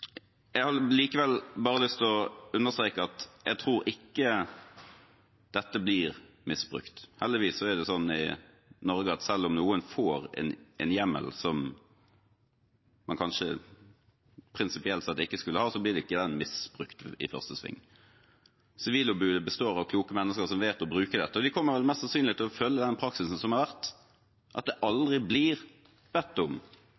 jeg har likevel bare lyst til å understreke at jeg tror ikke dette blir misbrukt. Heldigvis er det sånn i Norge at selv om noen får en hjemmel som man kanskje prinsipielt sett ikke skulle ha, blir ikke den misbrukt i første sving. Sivilombudet består av kloke mennesker som vet å bruke dette, og de kommer mest sannsynlig til å følge den praksisen som har vært, at det aldri blir bedt om